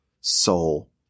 soul